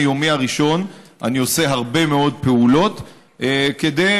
מיומי הראשון אני עושה הרבה מאוד פעולות כדי,